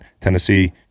Tennessee